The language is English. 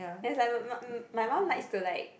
it's like my mum my mum likes to like